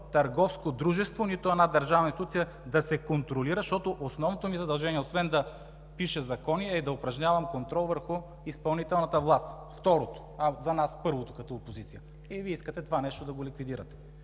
търговско дружество, нито една държавна институция да се контролира, защото основното ми задължение освен да пиша закони, е да упражнявам контрол върху изпълнителната власт – второто, а за нас първото, като опозиция. И Вие искате това нещо да го ликвидирате!